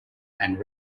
and